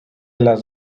las